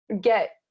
get